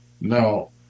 now